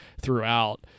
throughout